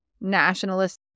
nationalist